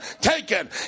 taken